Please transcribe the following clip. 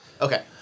Okay